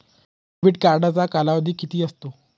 Debit कार्डचा कालावधी किती असतो?